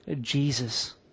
Jesus